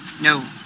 No